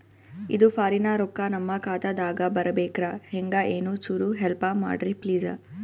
ಇದು ಫಾರಿನ ರೊಕ್ಕ ನಮ್ಮ ಖಾತಾ ದಾಗ ಬರಬೆಕ್ರ, ಹೆಂಗ ಏನು ಚುರು ಹೆಲ್ಪ ಮಾಡ್ರಿ ಪ್ಲಿಸ?